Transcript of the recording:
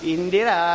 Indira